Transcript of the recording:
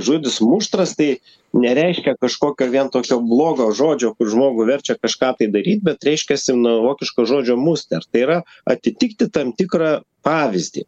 žodis muštras tai nereiškia kažkokio vien tokio blogo žodžio kur žmogų verčia kažką tai daryt bet reiškiasi nuo vokiško žodžio muster tai yra atitikti tam tikrą pavyzdį